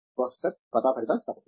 professor Pratap Haridas తప్పకుండా